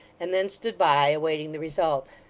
and then stood by, awaiting the result.